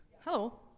Hello